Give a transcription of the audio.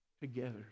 together